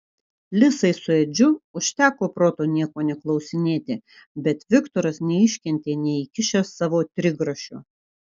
lisai su edžiu užteko proto nieko neklausinėti bet viktoras neiškentė neįkišęs savo trigrašio